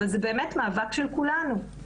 אבל זה באמת מאבק של כולנו.